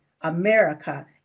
America